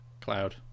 Cloud